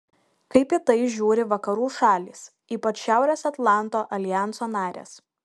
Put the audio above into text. kaip į tai žiūri vakarų šalys ypač šiaurės atlanto aljanso narės